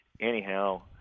anyhow